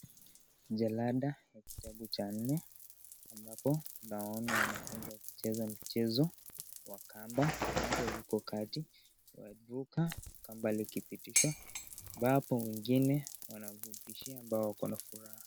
Jalada ya kitabu cha nne ambapo naona wanafunzi wakicheza michezo wa kamba mmoja yuko kati aruka kamba likipitishwa ambapo wengine wanamrukishia ambao wakona furaha.